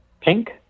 Pink